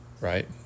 right